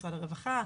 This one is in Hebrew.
משרד הרווחה,